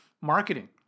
marketing